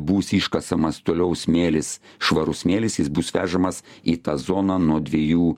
būsi iškasamas toliau smėlis švarus smėlis jis bus vežamas į tą zoną nuo dviejų